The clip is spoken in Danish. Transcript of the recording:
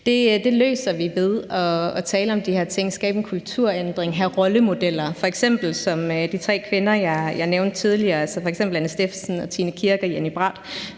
Det løser vi ved at tale om de her ting, skabe en kulturændring og have rollemodeller, f.eks. som de tre kvinder, jeg nævnte tidligere, altså Anne Steffensen, Tine Kirk og Jenny Braat